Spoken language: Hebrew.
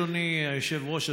אדוני היושב-ראש,